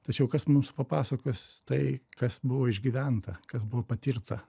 tačiau kas mums papasakos tai kas buvo išgyventa kas buvo patirta